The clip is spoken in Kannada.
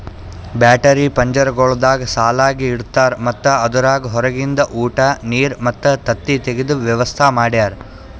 ಬ್ಯಾಟರಿ ಪಂಜರಗೊಳ್ದಾಗ್ ಸಾಲಾಗಿ ಇಡ್ತಾರ್ ಮತ್ತ ಅದುರಾಗ್ ಹೊರಗಿಂದ ಉಟ, ನೀರ್ ಮತ್ತ ತತ್ತಿ ತೆಗೆದ ವ್ಯವಸ್ತಾ ಮಾಡ್ಯಾರ